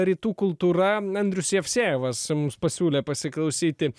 rytų kultūra andrius jevsejevas mums pasiūlė pasiklausyti